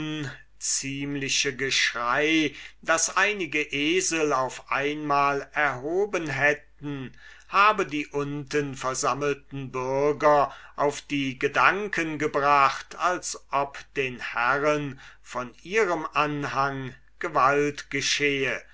unziemliche geschrei das einige esel auf einmal erhoben hätten habe die unten versammelten bürger auf die gedanken gebracht als ob den herren von ihrem anhang